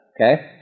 okay